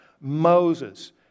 Moses